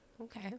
Okay